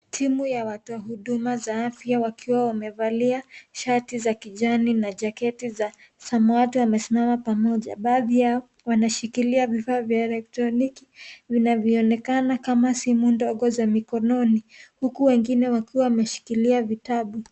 Timu ya watoa huduma za afya, wakiwa wamevalia shati za kijani na jacketi za samawati. Wamesimama pamoja. Baadhi yao, wanashikilia vifaa za electroniki vinavyoonekana kama simu ndogo za mikononi, huku wengine wakiwa wameshikilia vitabu